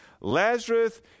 Lazarus